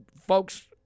folks